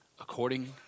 according